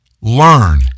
Learn